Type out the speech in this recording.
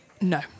No